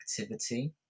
activity